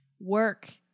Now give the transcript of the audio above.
Work